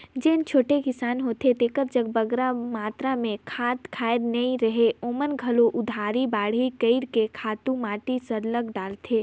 जेन छोटे किसान होथे जेकर जग बगरा मातरा में खंत खाएर नी रहें ओमन घलो उधारी बाड़ही कइर के खातू माटी सरलग डालथें